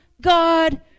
God